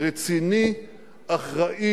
ומרוויחים משכורות רציניות באזור המרכז,